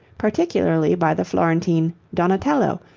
particularly by the florentine donatello,